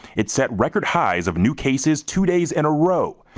it's at record highs of new cases two days in a row.